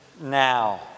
now